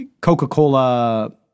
Coca-Cola